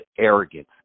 arrogance